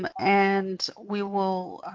um and we will